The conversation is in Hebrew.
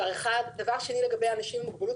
דבר שני, לגבי אנשים עם מוגבלות.